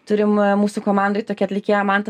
turim mūsų komandoj tokį atlikėją mantą